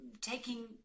taking